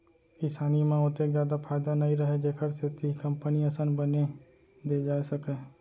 किसानी म ओतेक जादा फायदा नइ रहय जेखर सेती कंपनी असन बनी दे जाए सकय